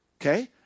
Okay